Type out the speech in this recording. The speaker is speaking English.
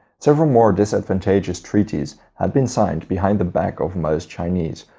several more disadvantageous treaties had been signed behind the back of most chinese,